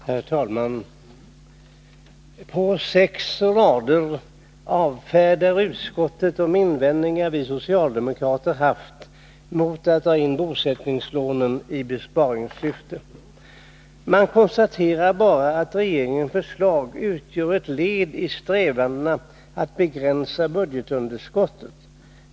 Herr talman! På sex rader avfärdar utskottet de invändningar som vi socialdemokrater har haft mot att dra in bosättningslånen i besparingssyfte. Man konstaterar bara att regeringens förslag utgör ett led i strävandena att begränsa budgetunderskottet.